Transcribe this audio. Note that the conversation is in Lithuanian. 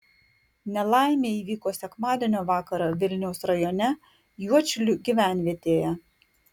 nelaimė įvyko sekmadienio vakarą vilniaus rajone juodšilių gyvenvietėje